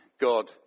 God